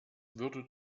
würde